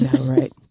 Right